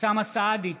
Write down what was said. אוסאמה סעדי,